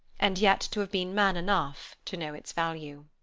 and yet to have been man enough to know its value.